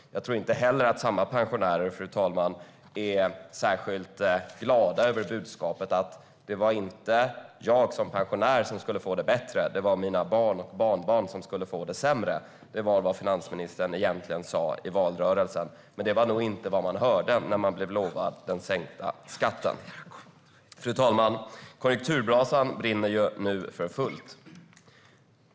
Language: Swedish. Jag tror inte heller att samma pensionärer är särskilt glada över budskapet: Det var inte jag som pensionär som skulle få det bättre, utan det var mina barn och barnbarn som skulle få det sämre. Det var vad finansministern egentligen sa i valrörelsen. Det var nog inte vad de hörde när de blev lovade den sänkta skatten. Fru talman! Konjunkturbrasan brinner nu för fullt.